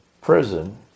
prison